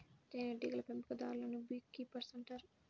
తేనెటీగల పెంపకందారులను beekeepers అంటారు